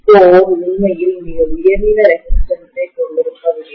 core உண்மையில் மிக உயர்ந்த ரெசிஸ்டன்ஸ் ஐக் கொண்டிருக்கவில்லை